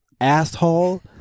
asshole